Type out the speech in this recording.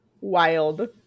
Wild